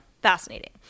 fascinating